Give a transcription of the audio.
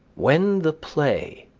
when the play,